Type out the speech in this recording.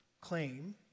claim